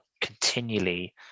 continually